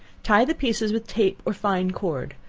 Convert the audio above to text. tie the pieces with tape or fine cord,